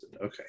okay